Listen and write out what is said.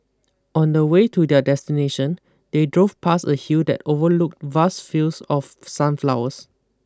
on the way to their destination they drove past a hill that overlooked vast fields of sunflowers